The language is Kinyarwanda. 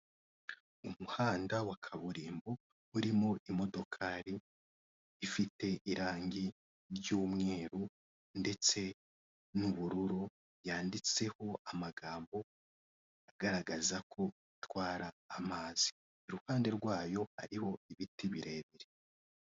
Umuhanda wa kaburimbo urimo imodokari ifite irangi ry'umweru ndetse n'ubururu yanditseho amagambo agaragaza ko gutwara amazi iruhande rwayo hariho ibiti birebire.